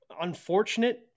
unfortunate